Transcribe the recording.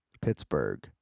Pittsburgh